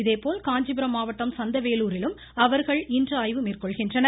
இதேபோல் காஞ்சிபுரம் மாவட்டம் சந்தவேலூரிலும் அவர்கள் இன்று ஆய்வு மேற்கொள்கின்றனர்